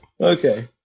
Okay